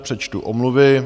Přečtu omluvy.